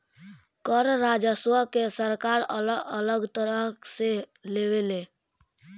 कर राजस्व के सरकार अलग अलग तरह से लेवे ले